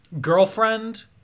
girlfriend